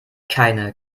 keine